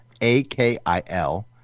A-K-I-L